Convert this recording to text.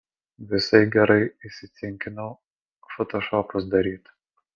visai gerai įsicinkinau fotošopus daryt